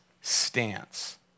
stance